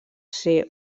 ser